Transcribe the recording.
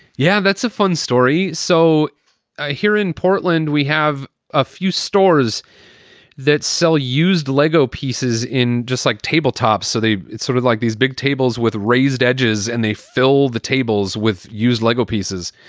yeah, that's a fun story. so ah here in portland, we have a few stores that sell used lego pieces in just like tabletop. so they sort of like these big tables with raised edges and they fill the tables with used lego pieces.